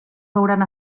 veuran